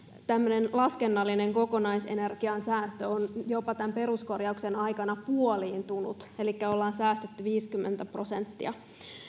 laskennallinen kokonaisenergiansäästö on tämän peruskorjauksen aikana jopa puoliintunut elikkä ollaan säästetty viisikymmentä prosenttia